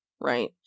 right